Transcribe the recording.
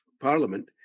Parliament